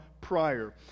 prior